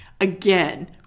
Again